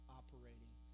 operating